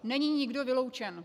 Není nikdo vyloučen.